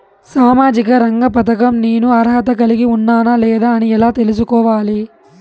సామాజిక రంగ పథకం నేను అర్హత కలిగి ఉన్నానా లేదా అని ఎలా తెల్సుకోవాలి?